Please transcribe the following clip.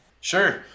Sure